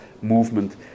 movement